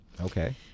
Okay